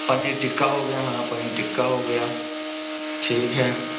पनीर टिक्का हो गया हाँ पनीर टिक्का हो गया ठीक है